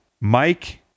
Mike